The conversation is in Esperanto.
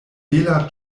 bela